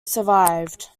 survived